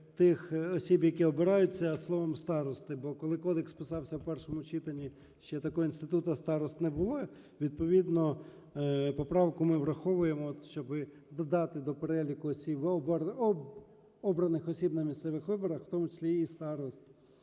тих осіб, які обираються, словом "старости". Бо, коли кодекс писався в першому читанні, ще такого інституту старост не було. Відповідно поправку ми враховуємо, щоб додати до переліку осіб, обраних осіб на місцевих виборах, в тому числі і старост.